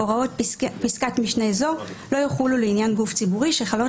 הוראות פסקת משנה זו לא יחולו לעניין גוף ציבורי שחלות